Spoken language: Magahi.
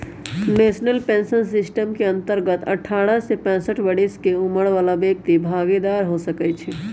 नेशनल पेंशन सिस्टम के अंतर्गत अठारह से पैंसठ बरिश के उमर बला व्यक्ति भागीदार हो सकइ छीन्ह